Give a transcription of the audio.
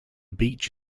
beach